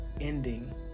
ending